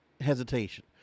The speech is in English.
hesitation